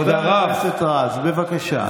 חבר הכנסת רז, בבקשה.